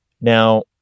Now